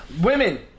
Women